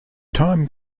time